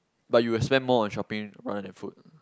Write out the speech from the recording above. but you will spend more on shopping rather than food